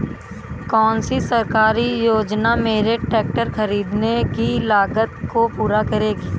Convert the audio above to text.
कौन सी सरकारी योजना मेरे ट्रैक्टर ख़रीदने की लागत को पूरा करेगी?